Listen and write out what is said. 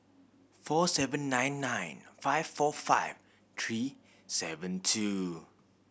four seven nine nine five four five three seven two